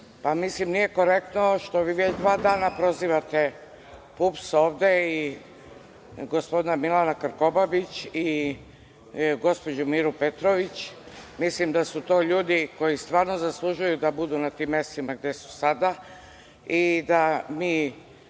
Mislim, nije korektno što vi već dva dana prozivate PUPS ovde i gospodina Milana Krkobabića i gospođu Miru Petrović. Mislim da su to ljudi koji stvarno zaslužuju da budu na tim mestima gde su sada i da mi